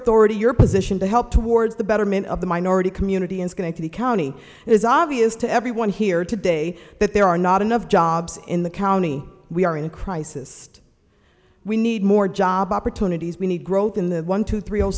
authority your position to help towards the betterment of the minority community and going to the county it is obvious to everyone here today that there are not enough jobs in the county we are in a crisis we need more job opportunities we need growth in the one two three